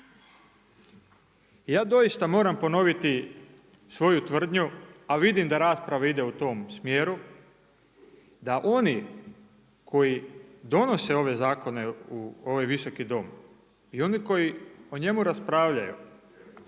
Ja doista moram ponoviti svoju tvrdnju a vidim da rasprava ide u tom smjeru, da oni koji donose ove zakone u ovaj visoki Dom, i oni koji o njemu raspravljaju,